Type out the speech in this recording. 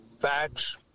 facts